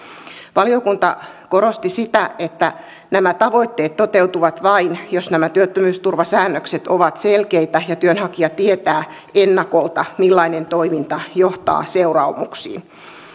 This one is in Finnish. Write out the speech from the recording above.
valiokunta korosti sitä että nämä tavoitteet toteutuvat vain jos nämä työttömyysturvasäännökset ovat selkeitä ja työnhakija tietää ennakolta millainen toiminta johtaa seuraamuksiin